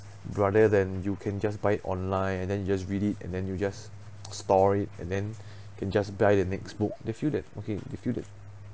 rather than you can just buy it online and then you just read it and then you just store it and then can just buy the next book they feel that okay they feel that